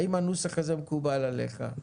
האם הנוסח הזה מקובל עליך?